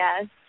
yes